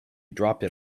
dropped